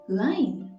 line